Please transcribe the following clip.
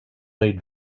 made